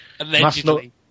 Allegedly